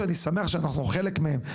שאני שמח שאנחנו חלק מהן,